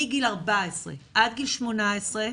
מגיל 14 עד גיל 18,